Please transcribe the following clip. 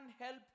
help